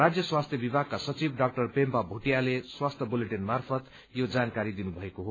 राज्य स्वास्थ्य विभागका सचिव डा पेम्पा भूटियाले स्वास्थ्य बुलेटिन मार्फत यो जानकारी दिनुभएको हो